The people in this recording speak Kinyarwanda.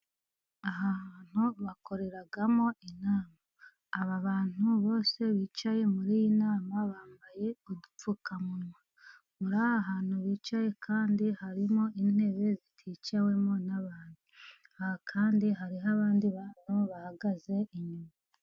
Aha hantu bakoreramo inama, aba bantu bose bicaye muri iyi nama bambaye udupfukamunwa. Muri aha hantu bicaye kandi harimo intebe ziticawemo n'abantu ,aha kandi hariho abandi bantu bahagaze inyuma.